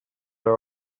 are